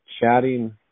chatting